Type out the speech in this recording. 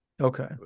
Okay